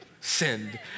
Send